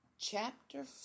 Chapter